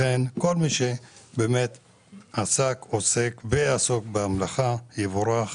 לכן כל מי שעסק, עוסק ויעסוק במלאכה יבורך.